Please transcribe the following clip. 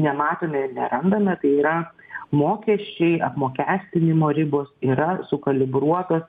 nematome ir nerandame tai yra mokesčiai apmokestinimo ribos yra sukalibruotos